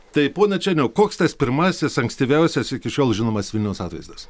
tai pone černiau koks tas pirmasis ankstyviausias iki šiol žinomas vilniaus atvaizdas